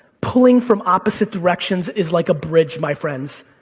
pulling from opposite directions is like a bridge, my friends.